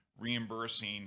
reimbursing